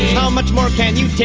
how much more can you